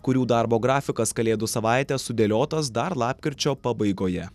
kurių darbo grafikas kalėdų savaitę sudėliotas dar lapkričio pabaigoje